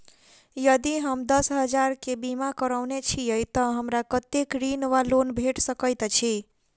यदि हम दस हजार केँ बीमा करौने छीयै तऽ हमरा कत्तेक ऋण वा लोन भेट सकैत अछि?